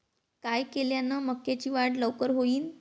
काय केल्यान मक्याची वाढ लवकर होईन?